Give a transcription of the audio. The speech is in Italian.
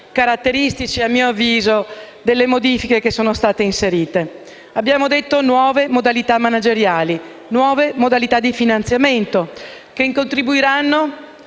caratteristici, a mio avviso, delle modifiche inserite. Come detto, vi sono nuove modalità manageriali e nuove modalità di finanziamento, che contribuiranno ad